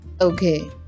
Okay